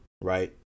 right